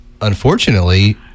unfortunately